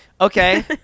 Okay